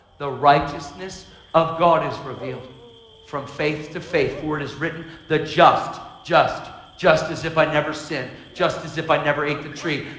the righteousness of god is revealed from faith to faith, for it is written the just, just, just as if i never sinned. just as if i never ate the tree.